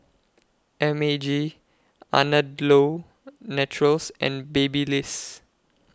M A G Andalou Naturals and Babyliss